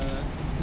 the